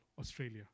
Australia